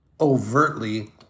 overtly